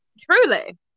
Truly